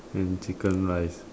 and chicken rice